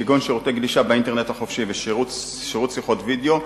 כגון שירותי גלישה באינטרנט החופשי ושירות שיחות וידיאו,